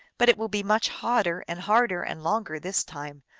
but it will be much hotter and harder and longer this time.